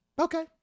Okay